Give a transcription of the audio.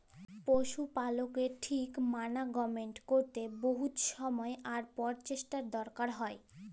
পশু পালকের ঠিক মানাগমেন্ট ক্যরতে বহুত সময় আর পরচেষ্টার দরকার হ্যয়